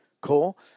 Cool